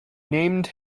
named